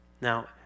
now